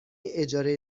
اجاره